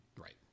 Right